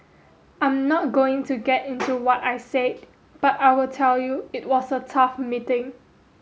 I'm not going to get into what I said but I will tell you it was a tough meeting